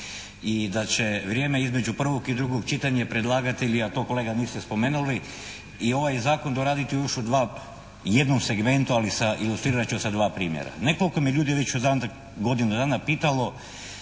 i da će vrijeme između prvog i drugog čitanja predlagatelji, a to kolega niste spomenuli i ovaj zakon doraditi još u dva, jednom segmentu ali sa, ilustrirat ću sa dva primjera. Nekoliko me je ljudi već u zadnjih godinu dana pitalo,